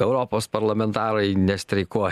europos parlamentarai nestreikuoj